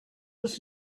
was